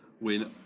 win